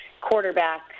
quarterback